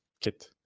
kit